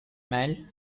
mâle